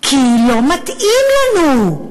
כי לא מתאים לנו.